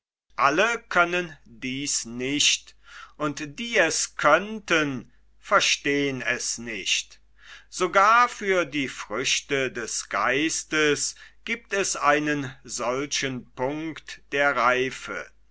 alle können dies nicht und die es könnten verstehn es nicht sogar für die früchte des geistes giebt es einen solchen punkt der reife